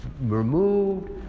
removed